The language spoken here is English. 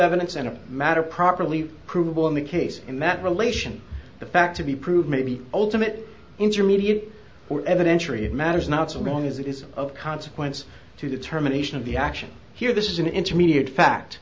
evidence and a matter properly provable in the case in that relation a fact to be proved may be ultimate intermediate or ever entry it matters not so long as it is of consequence to determination of the action here this is an intermediate fact